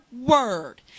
word